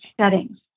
settings